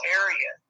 area